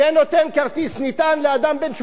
זה נותן כרטיס נטען לאדם בן 83,